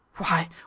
Why